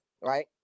Right